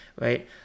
right